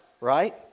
right